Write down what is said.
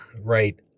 right